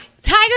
Tiger